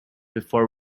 before